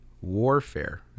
warfare